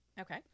Okay